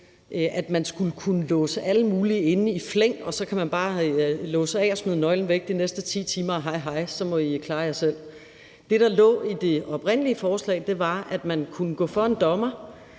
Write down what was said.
at man skulle kunne låse alle mulige inde i flæng, og så kunne man bare låse af og smide nøglen væk de næste 10 timer, og hej, hej, så må I klare jer selv. Det, der lå i det oprindelige forslag, var, at man kunne gå til en dommer